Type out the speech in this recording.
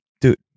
Dude